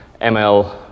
ML